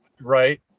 right